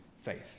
faith